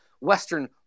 Western